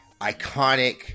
iconic